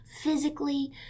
physically